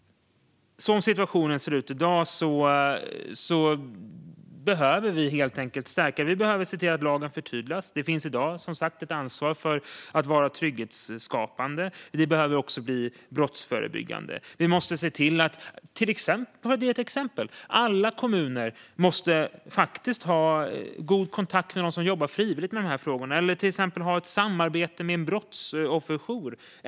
Som situationen ser ut i dag behöver lagen förtydligas. Det finns som sagt i dag ett ansvar för att vara trygghetsskapande. Vi behöver också bli brottsförebyggande. Jag kan ge ett exempel. Alla kommuner måste ha god kontakt med dem som jobbar frivilligt med de här frågorna eller till exempel ha ett samarbete med en brottsofferjour.